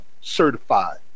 certified